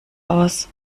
aus